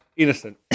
innocent